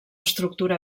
estructura